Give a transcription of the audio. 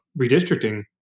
redistricting